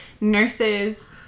nurses